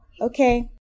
okay